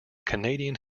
canadian